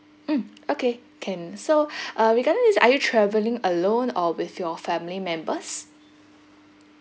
mm okay can so uh regarding this are you travelling alone or with your family members